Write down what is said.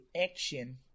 action